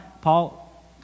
Paul